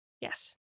Yes